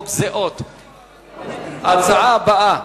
ההצעה הבאה,